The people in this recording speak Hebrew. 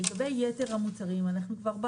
כל התקנים נשארו